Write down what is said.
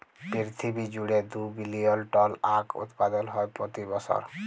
পিরথিবী জুইড়ে দু বিলিয়ল টল আঁখ উৎপাদল হ্যয় প্রতি বসর